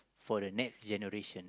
for the next generation